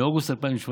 מאוגוסט 2017,